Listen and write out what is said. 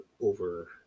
over